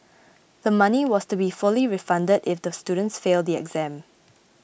the money was to be fully refunded if the students fail the exams